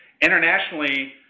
Internationally